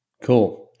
Cool